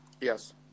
Yes